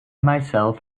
myself